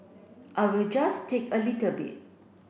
I will just take a little bit